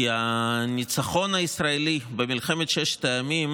הניצחון הישראלי במלחמת ששת הימים